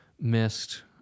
Missed